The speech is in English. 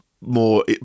more